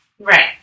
Right